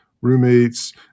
roommates